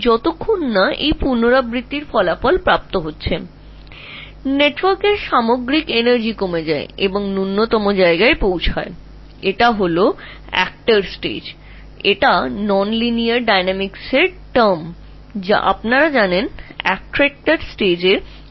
যতক্ষণ না পুনরাবৃত্তির ফলস্বরূপ নেটওয়ার্কের মোট শক্তি হ্রাস পেতে পেতে সর্বনিম্নের দিকে যায় এটি আকর্ষণ পর্যায় অরৈখিক গতিবিদ্যা থেকে তুমি এই আকর্ষণ পর্যায়টি জানতে পার